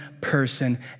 person